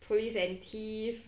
police and thief